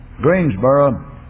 Greensboro